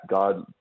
God